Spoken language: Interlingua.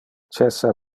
cessa